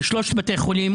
לשלושת בתי החולים,